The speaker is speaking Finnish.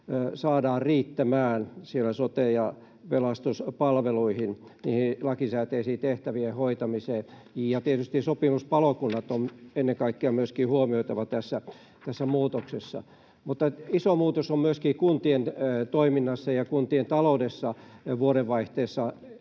saadaan riittämään siellä sote‑ ja pelastuspalveluihin, niiden lakisääteisien tehtävien hoitamiseen, ja tietysti myöskin ennen kaikkea sopimuspalokunnat on huomioitava tässä muutoksessa. Iso muutos on kuntien toiminnassa ja kuntien taloudessa vuodenvaihteessa